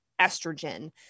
estrogen